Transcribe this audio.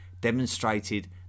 demonstrated